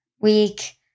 week